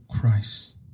Christ